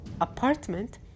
apartment